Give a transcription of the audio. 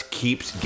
keeps